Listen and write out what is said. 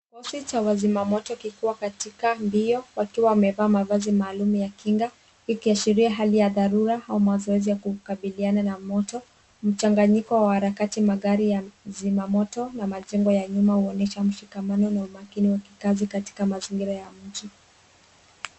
Kikosi cha wazima moto kikiwa katika mbio wakiwa wamevaa mavazi maalum ya kinga ikiashiria hali ya dharura au mazoezi ya kukabiliana na moto. Mchanganyiko wa harakati, magari ya zimamoto na majengo ya nyuma huonyesha mshikamano na umakini wa kikazi katika mazingira ya mji.